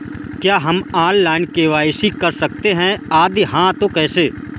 क्या हम online KYC कर सकते हैं यदि हाँ तो कैसे?